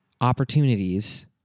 opportunities